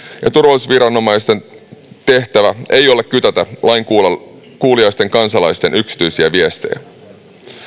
ja turvallisuusviranomaisten tehtävä ei ole kytätä lainkuuliaisten kansalaisten yksityisiä viestejä